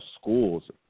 schools